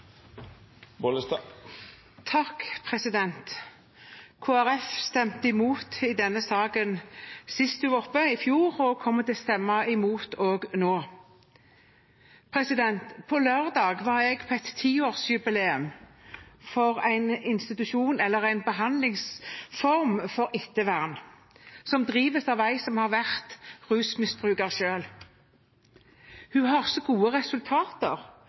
stemte imot i denne saken sist den var oppe, i fjor, og kommer til å stemme imot også nå. På lørdag var jeg på et tiårsjubileum for en institusjon – eller en behandlingsform – for ettervern som drives av en som har vært rusmisbruker selv. Hun har så gode resultater